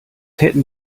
hätten